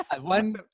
one